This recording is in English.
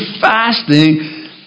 fasting